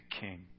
king